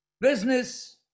business